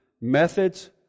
methods